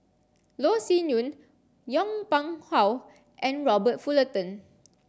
Loh Sin Yun Yong Pung How and Robert Fullerton